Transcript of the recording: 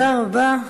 תודה רבה.